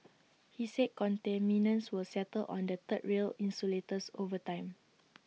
he said contaminants will settle on the third rail insulators over time